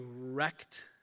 wrecked